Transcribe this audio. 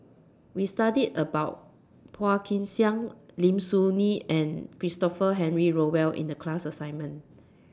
We studied about Phua Kin Siang Lim Soo Ngee and Christopher Henry Rothwell in The class assignment